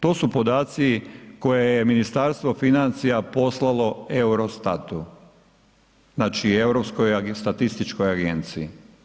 To su podaci koje je Ministarstvo financija poslalo EUROSTAT-u, znači Europskoj statističkoj agenciji.